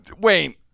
Wayne